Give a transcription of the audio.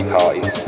parties